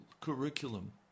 curriculum